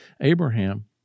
Abraham